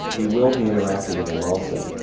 he will be interactive with them also,